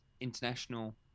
international